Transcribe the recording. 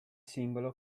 singolo